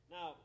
Now